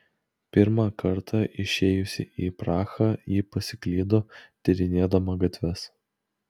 pirmą kartą išėjusi į prahą ji pasiklydo tyrinėdama gatves